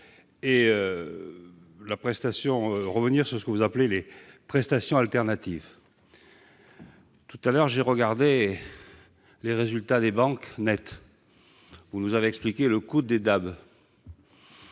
et revenir sur ce que vous appelez les prestations alternatives. Tout à l'heure, j'ai regardé les résultats nets des banques. Vous nous avez expliqué le coût des DAB.